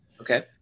Okay